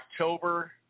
October